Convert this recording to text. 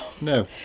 No